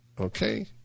okay